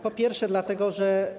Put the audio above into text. Po pierwsze, dlatego że.